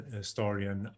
historian